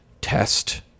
test